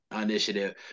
initiative